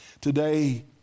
Today